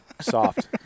Soft